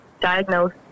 diagnose